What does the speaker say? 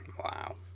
Wow